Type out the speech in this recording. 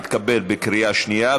התקבל בקריאה שנייה.